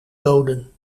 doden